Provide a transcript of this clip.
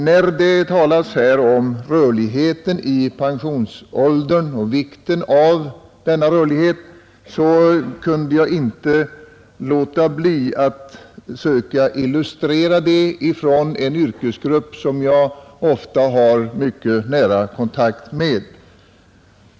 När det talades om rörligheten i pensionsåldern och vikten av denna rörlighet, kunde jag inte låta bli att söka illustrera det med exempel från en yrkesgrupp som jag ofta har mycket nära kontakt med.